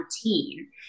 routine